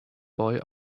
boy